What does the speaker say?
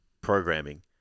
programming